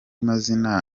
mazina